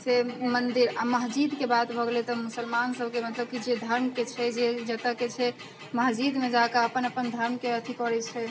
से मन्दिर आओर मस्जिदके बात भऽ गेलै तऽ मुसलमान सबके मतलब के जे धर्मके छै जतऽके छै मस्जिदमे जाकऽ अपन अपन धर्मके अथी करै छै